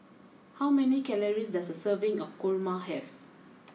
how many calories does a serving of Kurma have